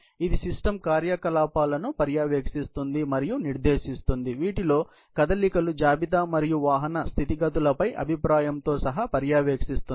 ఇది సిస్టమ్ కార్యకలాపాలను పర్యవేక్షిస్తుంది మరియు నిర్దేశిస్తుంది వీటిలో కదలికలు జాబితా మరియు వాహన స్థితిగతులపై అభిప్రాయంతో సహా పర్యవేక్షిస్తుంది